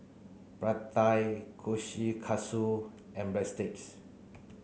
Pad Thai Kushikatsu and Breadsticks